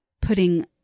putting